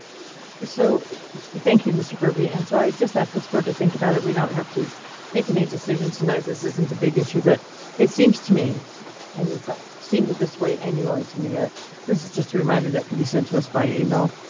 so thank you mr. kirby. and so i just asked this board to think about it. we don't have to make any decision tonight. this isn't a big issue, but it seems to me and it's ah seemed to this way annually to me that this is just a reminder that could be sent to us by email